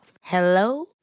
Hello